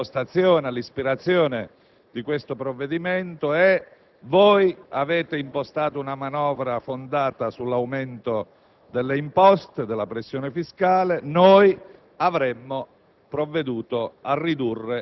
relativamente all'impostazione e all'ispirazione di questo provvedimento, è la seguente: voi avete impostato una manovra fondata sull'aumento delle imposte e della pressione fiscale, mentre noi avremmo